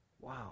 Wow